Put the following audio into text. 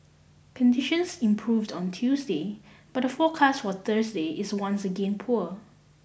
conditions improved on Tuesday but the forecast was Thursday is once again poor